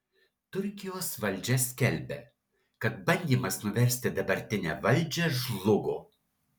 turkijos valdžia skelbia kad bandymas nuversti dabartinę valdžią žlugo